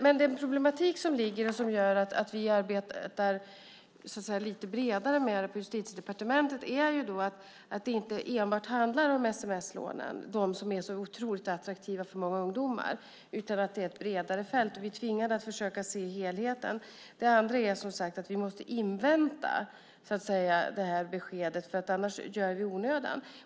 Men den problematik som föreligger, som gör att vi arbetar lite bredare med detta på Justitiedepartementet, är att det inte enbart handlar om sms-lånen, som är så otroligt attraktiva för många ungdomar. Det är ett bredare fält. Vi är tvingade att försöka se helheten. Det andra är som sagt att vi måste invänta besked från EU, annars gör vi saker i onödan.